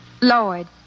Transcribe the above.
Lloyd